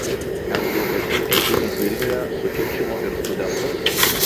lgbt eitynės vilniuje sukiršino ir studentus